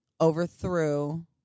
overthrew